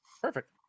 Perfect